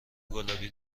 گلابی